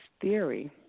theory